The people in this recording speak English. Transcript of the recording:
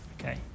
Okay